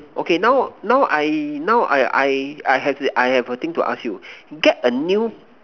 okay now now I now I I I have I have a thing to ask you get a new